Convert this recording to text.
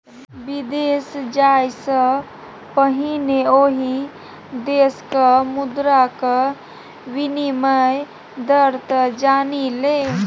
विदेश जाय सँ पहिने ओहि देशक मुद्राक विनिमय दर तँ जानि ले